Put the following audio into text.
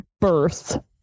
birth